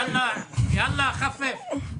יאללה, תחפף.